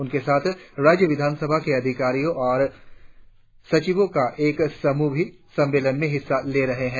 उनके साथ राज्य विधानसभा के अधिकारियों और सचिवों का एक समूह भी इस सम्मेलन में हिस्सा ले रहे है